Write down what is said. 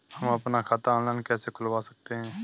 हम अपना खाता ऑनलाइन कैसे खुलवा सकते हैं?